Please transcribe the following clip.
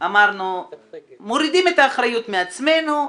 אמרנו שאנחנו מורידים את האחריות מעצמנו,